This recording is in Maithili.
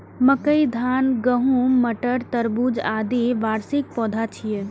मकई, धान, गहूम, मटर, तरबूज, आदि वार्षिक पौधा छियै